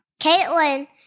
Caitlyn